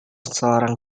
seorang